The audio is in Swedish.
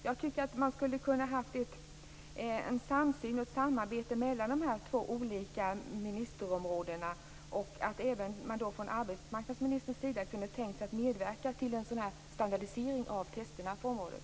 Jag tycker att man skulle kunna ha en samsyn och ett samarbete mellan de här två ministerområdena och även att man från arbetsmarknadsministerns sida kunde tänka sig att medverka till en sådan här standardisering av testen på området.